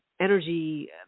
energy